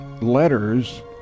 letters